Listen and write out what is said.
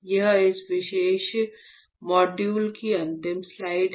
यह इस विशेष मॉड्यूल की अंतिम स्लाइड है